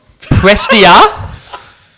Prestia